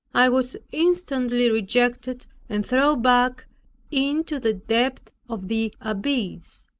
i was instantly rejected and thrown back into the depth of the abyss